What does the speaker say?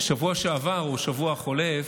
בשבוע שעבר, בשבוע החולף,